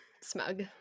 Smug